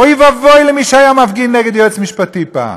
אוי ואבוי למי שהיה מפגין נגד היועץ המשפטי פעם,